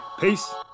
Peace